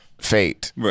Fate